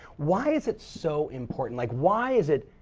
why is it so important? like why is it,